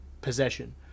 possession